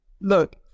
Look